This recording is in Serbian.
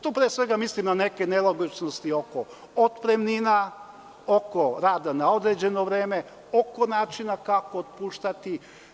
Tu pre svega mislim na neke nelogičnosti oko otpremnina, oko rada na određeno vreme, oko načina kako otpuštati.